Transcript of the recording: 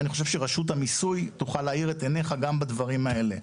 אני חושב שרשות המיסוי תוכל להעיר את עינייך בדברים האלה.